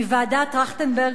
מוועדת-טרכטנברג,